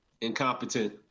Incompetent